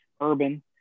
urban